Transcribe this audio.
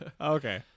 okay